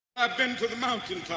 into the night